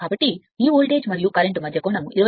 కాబట్టి ఈ వోల్టేజ్ మరియు కరెంట్ మధ్య కోణం 27